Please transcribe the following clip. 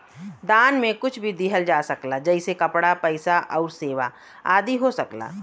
दान में कुछ भी दिहल जा सकला जइसे कपड़ा, पइसा आउर सेवा आदि हो सकला